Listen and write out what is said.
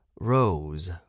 Rose